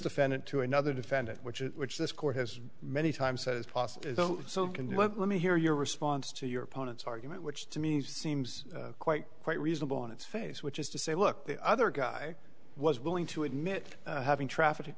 defendant to another defendant which is which this court has many times as possible let me hear your response to your opponent's argument which to me seems quite quite reasonable on its face which is to say look the other guy was willing to admit having traffic